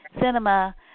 Cinema